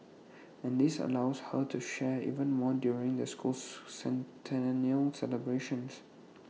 and this allows her to share even more during the school's centennial celebrations